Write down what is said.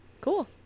Cool